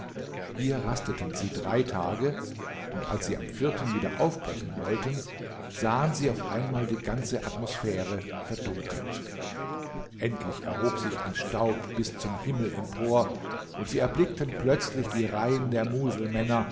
hier rasteten sie drei tage und als sie am vierten wieder aufbrechen wollten sahen sie auf einmal die ganze atmosphäre verdunkelt endlich erhob sich ein staub bis zum himmel empor und sie erblickten plötzlich die reihen der muselmänner